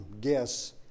guess